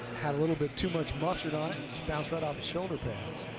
had a little bit too much mustard on it, bounced but off the shoulder pad.